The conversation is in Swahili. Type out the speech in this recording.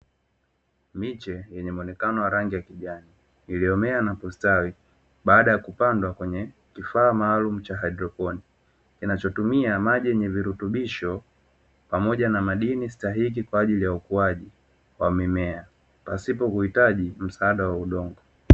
Miche yenye muonekano wa rangi ya kijani iliyomea na kustawi baada ya kupanga kwenye kifaa maalumu cha hatokuwa kinachotumia maji yenye virutubisho pamoja na madini stahiki kwa ajili ya ukuaji wa mimea pasipo huhitaji msaada wa udongo.